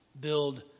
build